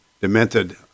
demented